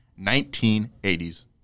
1980s